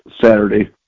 Saturday